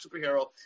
superhero